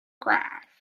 graph